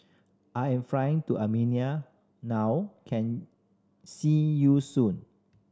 I am flying to Armenia now can see you soon